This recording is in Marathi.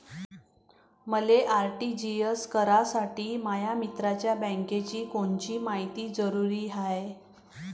मले आर.टी.जी.एस करासाठी माया मित्राच्या बँकेची कोनची मायती जरुरी हाय?